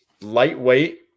Lightweight